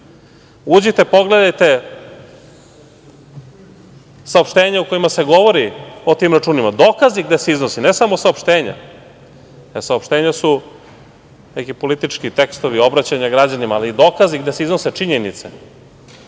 sve. Uđite, pogledajte saopštenja u kojima se govori o tim računima, dokazi gde se iznose, ne samo saopštenja, jer saopštenja su neki politički tekstovi, obraćanja građanima, ali dokazi gde se iznose činjenice,